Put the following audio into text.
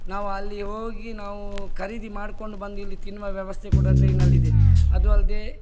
ನಾವು ಅಲ್ಲಿ ಹೋಗಿ ನಾವು ಖರೀದಿ ಮಾಡ್ಕೊಂಡು ಬಂದು ಇಲ್ಲಿ ತಿನ್ನುವ ವ್ಯವಸ್ಥೆ ಕೂಡ ಟ್ರೈನ್ನಲ್ಲಿದೆ ಅದು ಅಲ್ಲದೆ